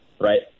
Right